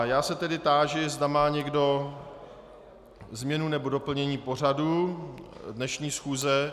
Já se tedy táži, zda má někdo změnu nebo doplnění pořadu dnešní schůze.